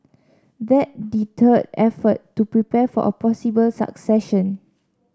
that deterred efforts to prepare for a possible succession